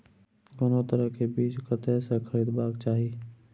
कोनो तरह के बीज कतय स खरीदबाक चाही?